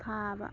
ꯊꯥꯕ